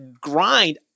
grind